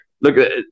Look